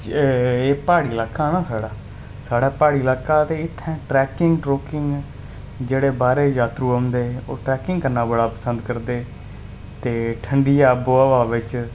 एह् प्हाड़ी लाका न साढ़ा साढ़ा प्हाड़ी लाका ते इत्थें ट्रैकिंग ट्रूकिंग जेह्ड़े बाह्रै यात्रू आंदे ओह् ट्रैकिंग करना बड़ा पसंद करदे ते ठंडी आबो हवा बिच्च